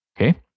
Okay